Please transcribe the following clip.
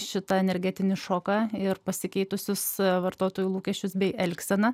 šitą energetinį šoką ir pasikeitusius vartotojų lūkesčius bei elgseną